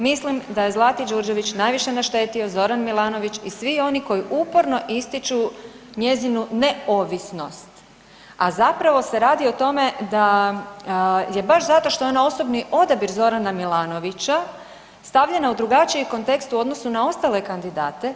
Mislim da je Zlati Đurđević najviše naštetio Zoran Milanović i svi oni koji upornu ističu njezinu neovisnost, a zapravo se radi o tome da je baš zato što je ona osobni odabir Zorana Milanovića stavljena u drugačiji kontekst u odnosu na ostale kandidate.